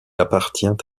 appartient